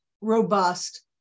robust